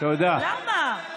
למה?